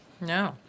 No